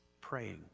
praying